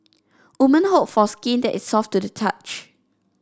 women hope for skin that is soft to the touch